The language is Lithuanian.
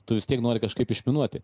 tu vis tiek nori kažkaip išminuoti